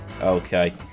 Okay